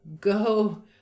go